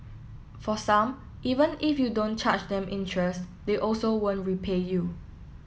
for some even if you don't charge them interest they also won't repay you